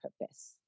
purpose